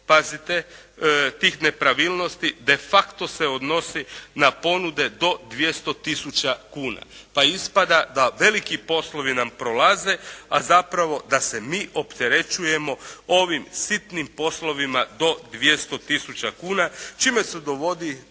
pazite tih nepravilnosti de facto se odnosi na ponude do 200 000 kuna, pa ispada da veliki poslovi nam prolaze, a zapravo da se mi opterećujemo ovim sitnim poslovima do 200 000 kuna čime se dovodi